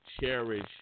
cherish